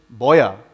Boya